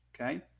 Okay